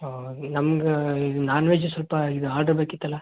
ಹಾಂ ನಮ್ಗೆ ಇದು ನಾನ್ ವೆಜ್ ಸ್ವಲ್ಪ ಇದು ಆರ್ಡ್ರ್ ಬೇಕಿತ್ತಲ್ಲ